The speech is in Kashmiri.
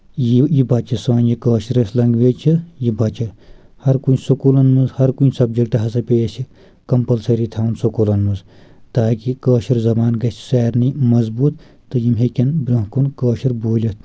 یہِ یہِ بچہِ سٲنۍ یہِ کٲشر یۄسہٕ لنگویج چھِ یہِ بچہِ ہر کُنہِ سکولن منٛز ہر کُنہِ سبجیٚکٹ ہسا پییہِ اسہِ کمپلسٔری تھاوُن سکولن منٛز تاکہِ یہِ کٲشر زبان گژھہِ سارنی مضبوط تہٕ یِم ہیٚکن برونٛہہ کُن کٲشُر بوٗلِتھ